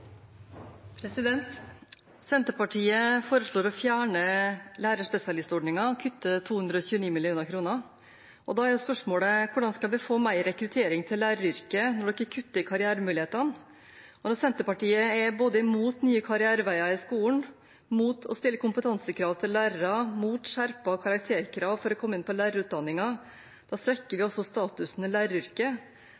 Senterpartiet foreslår å fjerne lærerspesialistordningen og kutter 229 mill. kr. Da er spørsmålet: Hvordan skal vi få mer rekruttering til læreryrket når de kutter i karrieremulighetene? Når Senterpartiet både er mot nye karriereveier i skolen, mot å stille kompetansekrav til lærere, mot skjerpede karakterkrav for å komme inn på lærerutdanningen, svekker vi statusen til læreryrket, og da legger vi